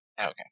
Okay